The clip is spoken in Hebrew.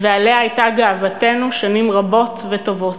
ועליה הייתה גאוותנו שנים רבות וטובות.